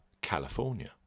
California